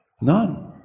None